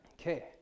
Okay